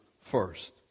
first